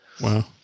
Wow